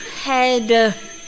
Head